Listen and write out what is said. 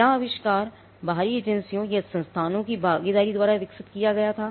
क्या आविष्कार बाहरी एजेंसियों या संस्थाओं की भागीदारी द्वारा विकसित किया गया था